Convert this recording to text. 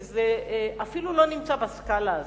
כי זה אפילו לא נמצא בסקאלה הזאת.